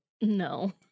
No